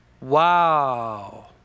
Wow